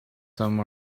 some